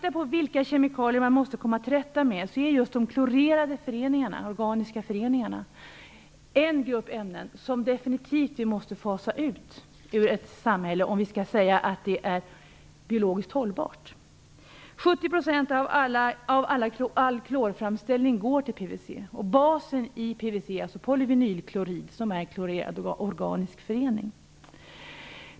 Av de kemikalier som vi måste komma till rätta med är just de klorerade föreningarna, de organiska föreningarna en grupp ämnen som vi definitivt måste fasa ut ur samhället för att vi skall kunna säga att samhället är biologiskt hållbart. 70 % av all klorframställning går till PVC. PVC, polyvinylklorid, är en klorerad organisk förening.